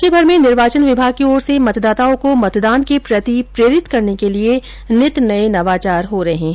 राज्यभर में निर्वाचन विभाग की ओर से मतदाताओं को मतदान के प्रति प्रेरित करने के लिये नित नये नवाचार हो रहे है